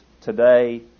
today